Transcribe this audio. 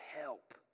help